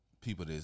people